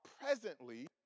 presently